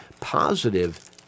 positive